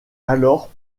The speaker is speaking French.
alors